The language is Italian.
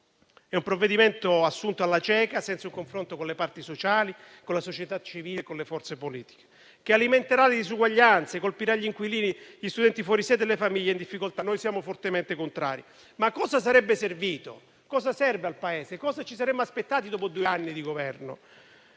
È un provvedimento assunto alla cieca, senza un confronto con le parti sociali, con la società civile e con le forze politiche, che alimenterà le disuguaglianze e colpirà gli inquilini, gli studenti fuori sede e le famiglie in difficoltà. Noi siamo fortemente contrari. Ma cosa sarebbe servito? Cosa serve al Paese? Cosa ci saremmo aspettati, dopo due anni di Governo?